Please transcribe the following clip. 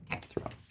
throughout